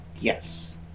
Yes